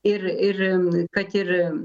ir ir kad ir